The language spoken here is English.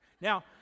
now